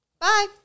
Bye